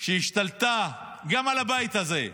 השתלטה גם על הבית הזה,